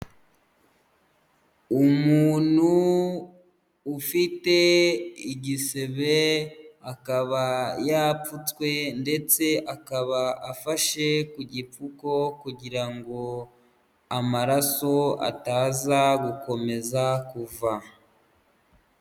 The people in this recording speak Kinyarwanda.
Umuntu ufite igisebe, akaba yapfutswe, ndetse akaba afashe ku gipfuko, kugira ngo amaraso ataza gukomeza kuva.